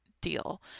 deal